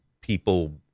people